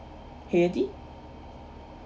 haiti